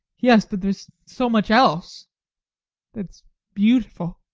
yes, but there is so much else that's beautiful!